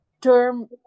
term